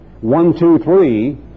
one-two-three